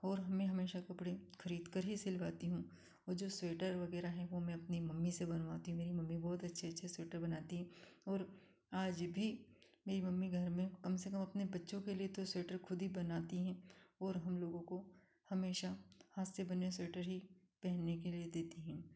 और मैं हमेशा कपड़े खरीदकर ही सिलवाती हूँ और जो स्वेटर वगैरह हैं वो मैं अपनी मम्मी से बनवाती हूँ मेरी मम्मी बहुत अच्छे अच्छे स्वेटर बनाती है और आज भी मेरी मम्मी घर में कम से कम अपने बच्चों के लिए तो स्वेटर खुद ही बनाती हैं और हम लोगों को हमेशा हाथ से बने स्वेटर ही पहनने के लिए देती हैं